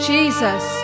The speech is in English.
Jesus